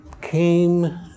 came